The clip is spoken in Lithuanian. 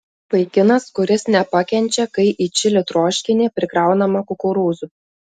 vaikinas kuris nepakenčia kai į čili troškinį prikraunama kukurūzų